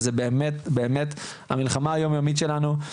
וזה באמת המלחמה היום יומית שלנו,